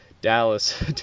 Dallas